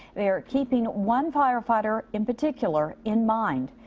they're keeping one firefighter in particular in mind.